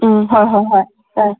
ꯎꯝ ꯍꯣꯏ ꯍꯣꯏ ꯍꯣꯏ ꯑꯥ